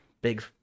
Big